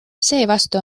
seevastu